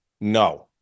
no